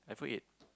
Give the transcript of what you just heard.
iPhone eight